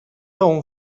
اون